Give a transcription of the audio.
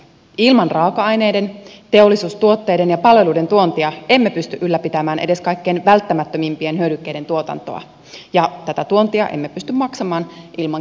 ilman raaka aineiden teollisuustuotteiden ja palveluiden tuontia emme pysty ylläpitämään edes kaikkein välttämättömimpien hyödykkeiden tuotantoa ja tätä tuontia emme pysty maksamaan ilman kilpailukykyistä vientiä